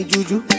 Juju